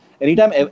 anytime